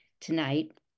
tonight